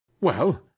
Well